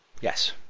Yes